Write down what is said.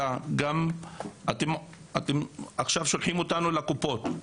אלא גם עכשיו אתם שולחים אותנו לקופות.